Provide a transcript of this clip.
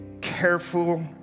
careful